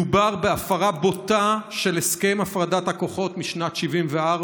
מדובר בהפרה בוטה של הסכם הפרדת הכוחות משנת 1974,